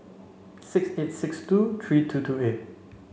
six eight six two three two two eight